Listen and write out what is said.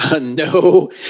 No